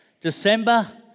December